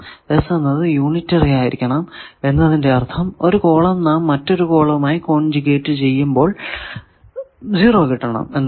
S എന്നത് unitary ആയിരിക്കണം എന്നതിന്റെ അർഥം ഒരു കോളം നാം മറ്റൊരു കോളവുമായി കോൺജ്യൂഗെറ്റ് ചെയ്യുമ്പോൾ 0 കിട്ടണം എന്നാണ്